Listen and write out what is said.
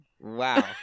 Wow